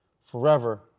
Forever